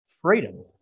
freedom